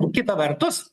o kita vertus